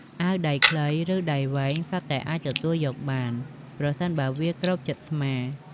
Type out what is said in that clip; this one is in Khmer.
អាវដៃខ្លី ឬដៃវែងសុទ្ធតែអាចទទួលយកបាន ប្រសិនបើវាគ្របជិតស្មា។